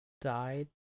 died